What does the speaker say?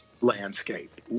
landscape